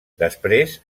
després